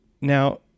Now